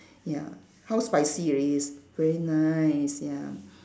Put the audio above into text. ya how spicy already it's very nice ya